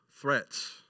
threats